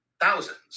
thousands